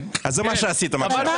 בושה.